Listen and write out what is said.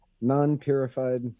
Non-purified